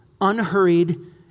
unhurried